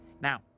Now